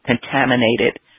contaminated